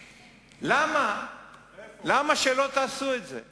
למה שלא תעשו את זה?